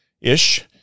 ish